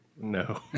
No